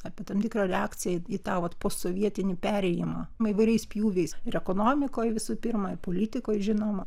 apie tam tikrą reakciją į tą vot postsovietinį perėjimą įvairiais pjūviais ir ekonomikoj visų pirma ir politikoj žinoma